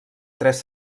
tres